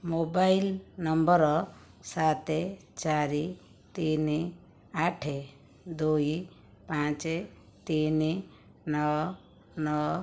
mobile number ସାତ ଚାରି ତିନି ଆଠ ଦୁଇ ପାଞ୍ଚ ତିନି ନଅ ନଅ